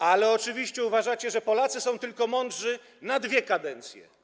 Ale oczywiście uważacie, że Polacy są tylko mądrzy na dwie kadencje.